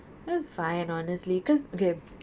that's fine honestly because okay